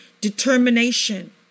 Determination